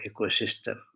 ecosystem